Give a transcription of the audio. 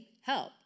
help